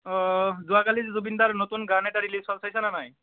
অঁ যোৱাকালি জুবিনদাৰ নতুন গান এটা ৰিলিজ হ'ল চাইছানে নাই